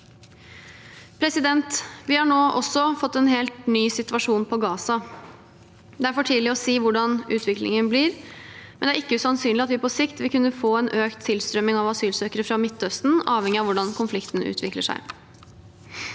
retur. Vi har nå også fått en helt ny situasjon på Gaza. Det er for tidlig å si hvordan utviklingen blir, men det er ikke usannsynlig at vi på sikt vil kunne få en økt tilstrømming av asylsøkere fra Midtøsten, avhengig av hvordan konflikten utvikler seg.